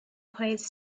quays